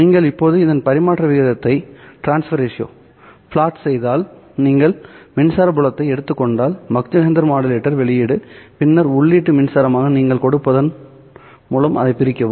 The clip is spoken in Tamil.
நீங்கள் இப்போது இதன் பரிமாற்ற விகிதத்தை பிளாட் செய்தால் நீங்கள் மின்சார புலத்தை எடுத்துக் கொண்டால் மாக் ஜெஹெண்டர் மாடுலேட்டர் வெளியீடு பின்னர் உள்ளீட்டு மின்சாரமாக நீங்கள் கொடுப்பதன் மூலம் அதைப் பிரிக்கவும்